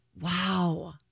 Wow